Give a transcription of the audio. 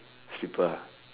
people ah